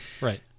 right